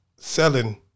selling